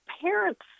parents